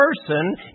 person